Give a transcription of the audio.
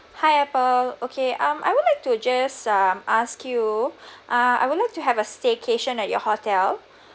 hi apple okay um I would like to just uh ask you uh I would like to have a staycation at your hotel